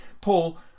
Paul